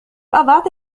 أضعت